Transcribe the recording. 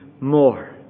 more